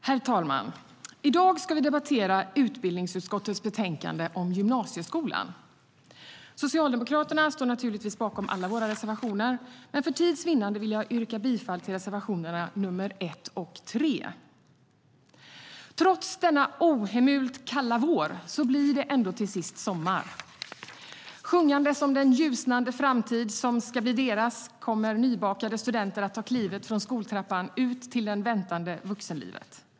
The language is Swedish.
Herr talman! I dag ska vi debattera utbildningsutskottets betänkande om gymnasieskolan. Socialdemokraterna står naturligtvis bakom alla sina reservationer, men för att vinna tid vill jag yrka bifall till reservationerna nr 1 och 3. Trots denna ohemult kalla vår blir det ändå till sist sommar. Sjungandes om den ljusnande framtid som ska bli deras kommer nybakade studenter att ta klivet från skoltrappan ut till det väntande vuxenlivet.